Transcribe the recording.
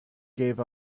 gave